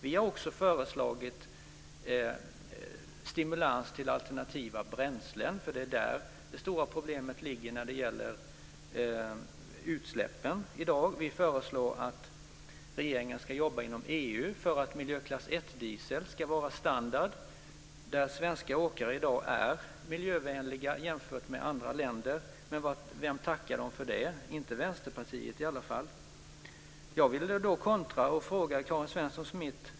Vi har också föreslagit stimulanser till alternativa bränslen. Det stora problemet i dag är utsläppen. Vi föreslår att regeringen ska arbeta inom EU för att miljöklass 1-diesel ska bli standard. Svenska åkare är i dag miljövänligare än åkare i andra länder, men vem tackar dem för det? I varje fall inte Vänsterpartiet. Smith.